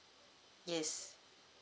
yes